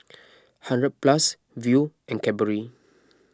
hundred Plus Viu and Cadbury